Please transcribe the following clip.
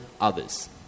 others